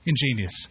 Ingenious